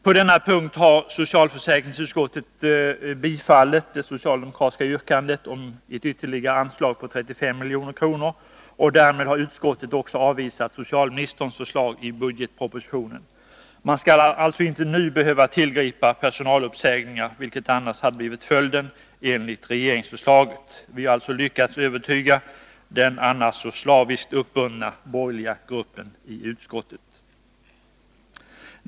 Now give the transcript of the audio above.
På denna punkt har socialförsäkringsutskottet tillstyrkt det socialdemokratiska yrkandet om ett ytterligare anslag på 35 milj.kr., och därmed har utskottet också avvisat socialministerns förslag i budgetpropositionen. Man skall således inte behöva tillgripa personaluppsägningar, vilket annars hade blivit följden enligt regeringsförslaget. Vi har alltså lyckats övertyga den annars så slaviskt uppbundna borgerliga gruppen i utskottet.